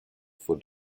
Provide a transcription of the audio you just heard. for